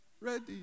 Ready